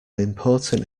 important